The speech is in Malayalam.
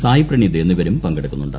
സായ്പ്രണീത് എന്നിവരും പങ്കെടുക്കുന്നുണ്ട്